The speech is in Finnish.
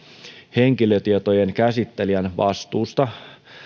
henkilötietojen käsittelijän vastuusta